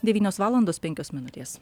devynios valandos penkios minutės